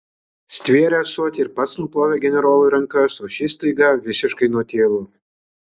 stvėrė ąsotį ir pats nuplovė generolui rankas o šis staiga visiškai nutilo